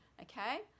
okay